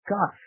God